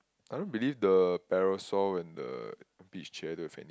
I don't believe the parasol and the beach chair they have